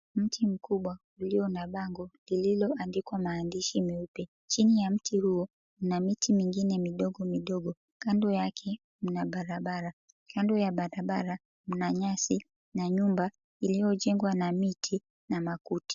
Mti mkubwa uliyo na bango lililoandikwa maandishi meupe. Chini ya mti huo kuna miti mingine midogo midogo, kando yake mna barabara, kando ya barabara mna nyasi na nyumba iliyojengwa na miti na makuti.